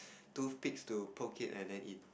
two sticks to poke it and then eat